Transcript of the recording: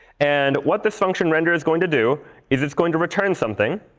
and what this function render is going to do is it's going to return something.